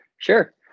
Sure